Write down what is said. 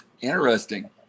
Interesting